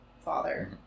father